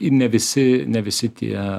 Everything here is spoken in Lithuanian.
ir ne visi ne visi tie